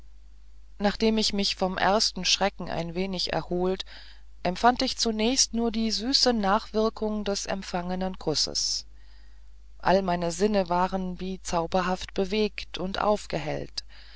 nachdem ich mich vom ersten schrecken ein wenig erholt empfand ich zunächst nur die süße nachwirkung des empfangenen kusses all meine sinne waren wie zauberhaft bewegt und aufgehellt